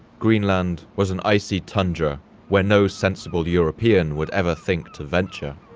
greenland was an icy tundra where no sensible european would ever think to venture